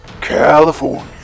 California